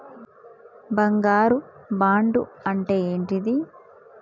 బంగారు బాండు అంటే ఏంటిది?